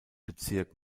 bezirk